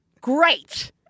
great